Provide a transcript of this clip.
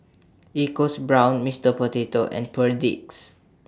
EcoBrown's Mister Potato and Perdix